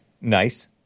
Nice